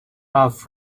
off